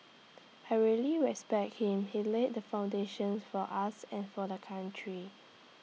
I really respect him he laid the foundation for us and for the country